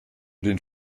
den